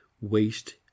waste